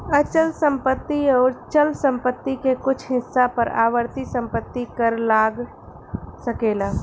अचल संपत्ति अउर चल संपत्ति के कुछ हिस्सा पर आवर्ती संपत्ति कर लाग सकेला